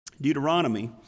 Deuteronomy